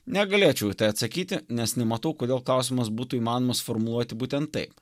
negalėčiau atsakyti nes nematau kodėl klausimas būtų įmanomas suformuluoti būtent taip